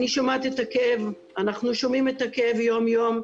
אני שומעת את הכאב, אנחנו שומעים את הכאב יום יום,